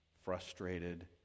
Frustrated